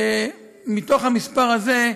ומתוך המספר הזה,